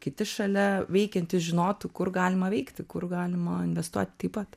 kiti šalia veikiantys žinotų kur galima veikti kur galima investuot taip pat